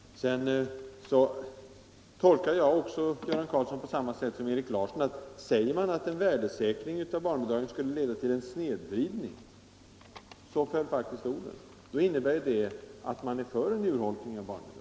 Jag tolkar herr Karlssons uttalande på samma sätt som herr Larsson i Öskevik gjorde, att säger man att en värdesäkring av barnbidragen skulle leda till en snedvridning — så föll faktiskt orden — innebär det att man accepterar en urholkning av barnbidragen.